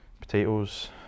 potatoes